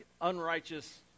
unrighteous